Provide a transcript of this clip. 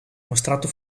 mostrato